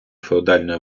феодальної